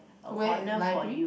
where library